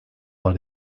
war